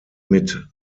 mit